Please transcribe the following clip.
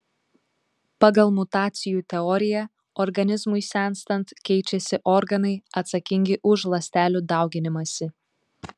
pagal mutacijų teoriją organizmui senstant keičiasi organai atsakingi už ląstelių dauginimąsi